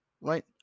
Right